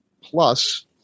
plus